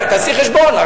תעשי חשבון.